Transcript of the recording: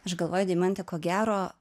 aš galvoju deimante ko gero